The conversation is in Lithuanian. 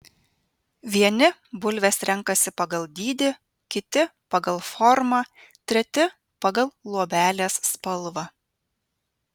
vieni bulves renkasi pagal dydį kiti pagal formą treti pagal luobelės spalvą